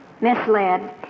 misled